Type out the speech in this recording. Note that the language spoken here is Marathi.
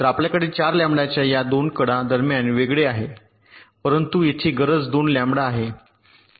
तर आपल्याकडे 4 लॅम्बडाच्या या 2 कडा दरम्यान वेगळे आहे परंतु येथे गरज 2 लॅम्बडा आहे